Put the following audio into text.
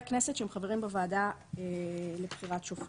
כנסת שהם חברים בוועדה לבחירת שופטים.